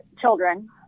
children